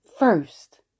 First